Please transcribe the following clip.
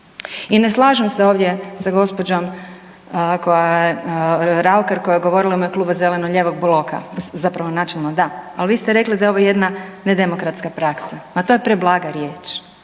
I ne slažem se ovdje sa gđom. Raukar koja je govorila u ime Kluba zeleno-lijevog bloka, zapravo načelno da. Al vi ste rekli da je ovo jedna nedemokratska praksa. Ma to je preblaga riječ.